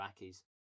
iraqis